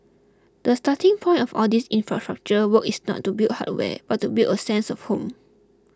the starting point of all these infrastructure work is not to build hardware but to build a sense of home